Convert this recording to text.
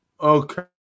okay